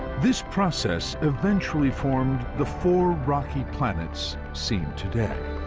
this process eventually formed the four rocky planets seen today